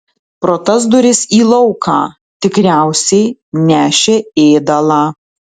pro tas duris į lauką tikriausiai nešė ėdalą